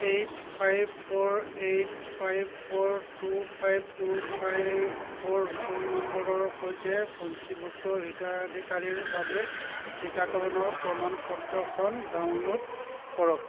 eight five four eight five four two five two five four phone নম্বৰৰ সৈতে পঞ্জীভুক্ত হিতাধিকাৰীৰ বাবে টীকাকৰণৰ প্ৰমাণ পত্ৰখন ডাউনলোড কৰক